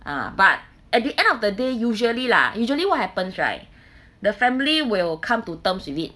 ah but at the end of the day usually lah usually what happens right the family will come to terms with it